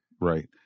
Right